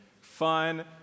fun